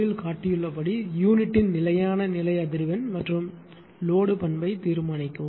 இல் காட்டப்பட்டுள்ளபடி யூனிட்டின் நிலையான நிலை அதிர்வெண் மற்றும் லோடு பண்பை தீர்மானிக்கவும்